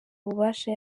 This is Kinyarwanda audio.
ububasha